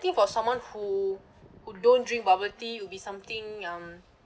think for someone who who don't drink bubble tea it'll be something um